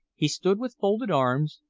he stood with folded arms,